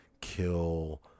kill